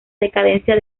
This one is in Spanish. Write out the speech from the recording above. decadencia